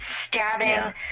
stabbing